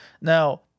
now